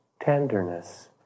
tenderness